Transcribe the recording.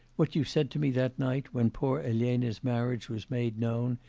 what you said to me that night, when poor elena's marriage was made known,